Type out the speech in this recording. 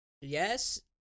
Yes